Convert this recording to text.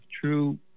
true